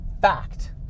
fact